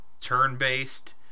turn-based